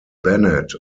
bennett